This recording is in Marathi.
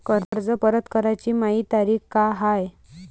कर्ज परत कराची मायी तारीख का हाय?